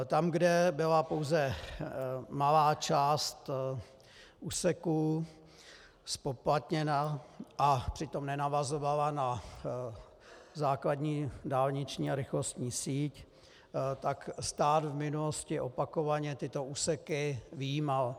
Tam, kde byla pouze malá část úseku zpoplatněna a přitom nenavazovala na základní dálniční a rychlostní síť, tak stát v minulosti opakovaně tyto úseky vyjímal.